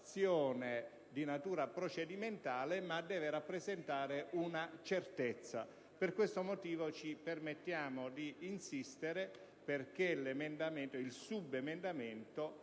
di natura procedimentale ma rappresentare una certezza. Per questo motivo, ci permettiamo di insistere perché il subemendamento